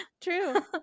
True